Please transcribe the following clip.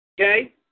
Okay